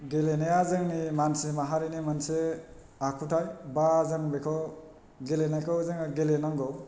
गेलेनाया जोंनि मानसि माहारिनि मोनसे आखुथाइ बा जों बेखौ गेलेनायखौ जोङो गेलेनांगौ